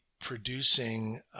producing